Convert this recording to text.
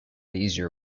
easier